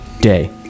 Day